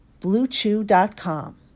BlueChew.com